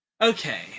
Okay